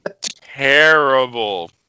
Terrible